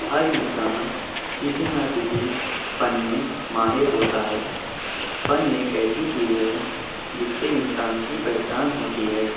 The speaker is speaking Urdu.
ہر انسان کسی نہ کسی فن میں ماہر ہوتا ہے فن ایک ایسی چیز ہے جس سے انسان کی پہچان ہوتی ہے